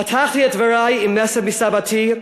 פתחתי את דברי עם מסר מסָבָתי,